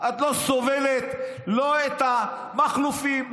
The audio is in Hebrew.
את לא סובלת לא את המכלופים,